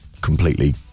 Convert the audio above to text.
completely